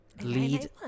lead